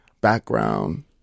background